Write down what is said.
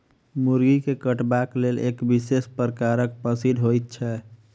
मुर्गी के कटबाक लेल एक विशेष प्रकारक मशीन होइत छै